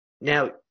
Now